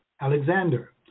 Alexander